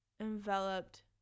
enveloped